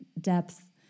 depth